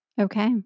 Okay